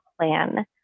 plan